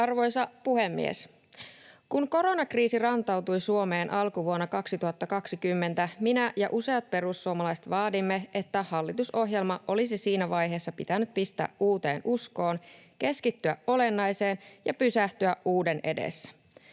Arvoisa puhemies! Kun koronakriisi rantautui Suomeen alkuvuonna 2020, minä ja useat perussuomalaiset vaadimme, että hallitusohjelma olisi siinä vaiheessa pitänyt pistää uuteen uskoon, keskittyä olennaiseen ja pysähtyä uuden edessä.